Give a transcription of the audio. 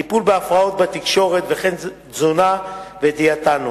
טיפול בהפרעות בתקשורת וכן תזונה ודיאטנות.